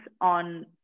on